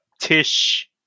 Tish